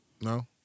No